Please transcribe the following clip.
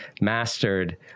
mastered